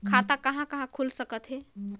खाता कहा कहा खुल सकथे?